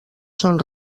són